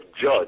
judge